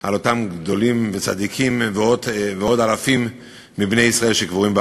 על אותם גדולים וצדיקים ועוד אלפים מבני ישראל שקבורים בהר-הזיתים.